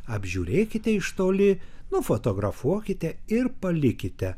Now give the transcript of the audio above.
apžiūrėkite iš toli nufotografuokite ir palikite